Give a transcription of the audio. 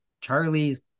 Charlie's